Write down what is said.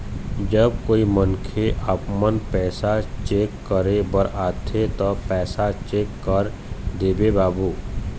जब कोई मनखे आपमन पैसा चेक करे बर आथे ता पैसा चेक कर देबो बाबू?